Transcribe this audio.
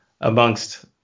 amongst